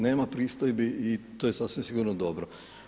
Nema pristojbi i to je sasvim sigurno dobro.